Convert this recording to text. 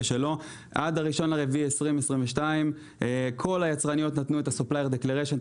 עד ה-1 באפריל 2022 כל היצרניות נתנו את ה-supplier declaration ,